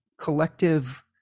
collective